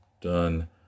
done